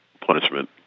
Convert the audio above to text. punishment